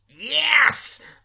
Yes